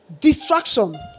distraction